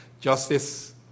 Justice